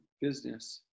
business